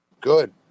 Good